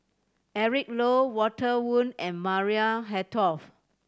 Eric Low Walter Woon and Maria Hertogh